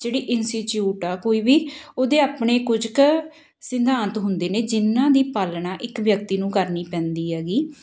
ਜਿਹੜੇ ਇੰਸੀਚੀਊਟ ਆ ਕੋਈ ਵੀ ਉਹਦੇ ਆਪਣੇ ਕੁਝ ਕੁ ਸਿਧਾਂਤ ਹੁੰਦੇ ਨੇ ਜਿਹਨਾਂ ਦੀ ਪਾਲਣਾ ਇੱਕ ਵਿਅਕਤੀ ਨੂੰ ਕਰਨੀ ਪੈਂਦੀ ਹੈਗੀ